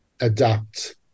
adapt